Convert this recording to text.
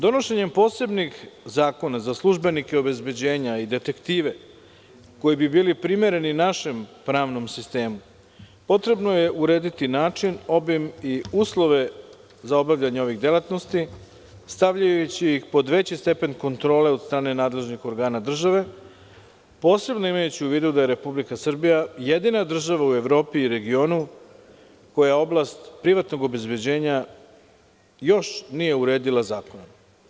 Donošenjem posebnih zakona za službenike obezbeđenja i detektive, koji bi bili primereni našem pravnom sistemu, potrebno je urediti način, obim i uslove za obavljanje ovih delatnosti, stavljajući ih pod veći stepen kontrole od strane nadležnih organa države, posebno imajući u vidu da je Republika Srbija jedina država u Evropi i regionu koja oblast privatnog obezbeđenja još nije uredila zakonom.